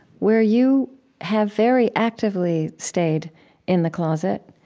where you have very actively stayed in the closet,